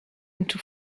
into